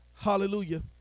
Hallelujah